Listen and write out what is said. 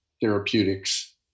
Therapeutics